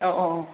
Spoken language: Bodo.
औ औ औ